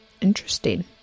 Interesting